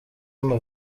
ama